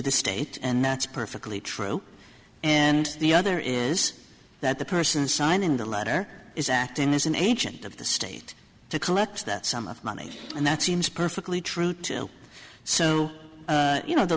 the state and that's perfectly true and the other is that the person signing the latter is acting as an agent of the state to collect that sum of money and that seems perfectly true to so you know the